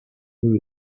who